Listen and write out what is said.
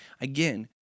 Again